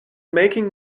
making